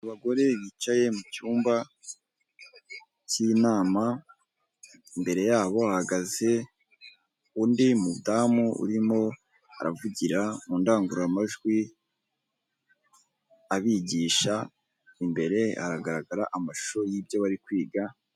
Abagore bicaye mucyumba cy'inama, imbere yabo ahagaze undi mudamu urimo aravugira mu ndangururamajwi abigisha imbere hagaragara amashusho y'ibyo bari kwiga.